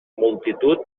multitud